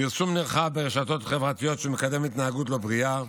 פרסום נרחב ברשתות החברתיות שמקדם התנהגות לא בריאה.